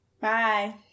Bye